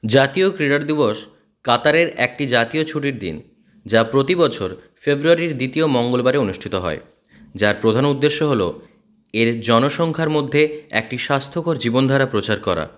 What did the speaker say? জাতীয় ক্রীড়ার দিবস কাতারের একটি জাতীয় ছুটির দিন যা প্রতি বছর ফেব্রুয়ারির দ্বিতীয় মঙ্গলবারে অনুষ্ঠিত হয় যার প্রধান উদ্দেশ্য হল এর জনসংখ্যার মধ্যে একটি স্বাস্থ্যকর জীবনধারা প্রচার করা